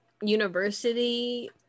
university